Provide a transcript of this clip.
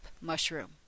mushroom